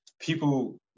people